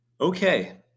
okay